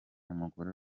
umugore